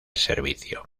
servicio